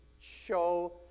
show